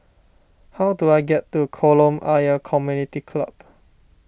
how do I get to Kolam Ayer Community Club